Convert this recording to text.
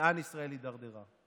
לאן ישראל הידרדרה.